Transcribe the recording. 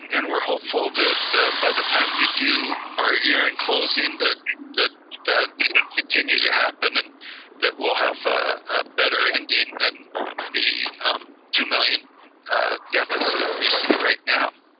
and and we're hopeful that by the time we do our year-end closing, that that will continue to happen, and that we'll have a better ending than the two million deficit we see right now.